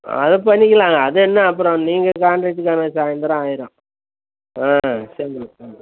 அத பண்ணிக்கலாங்க அது என்ன அப்பறம் நீங்கள் காண்ட்ரேக்ட்டு தர சாய்ந்திரம் ஆயிரும் ஆ சரி ம்